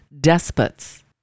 despots